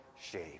shape